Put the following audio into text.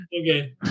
okay